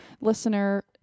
listener